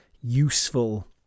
useful